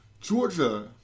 Georgia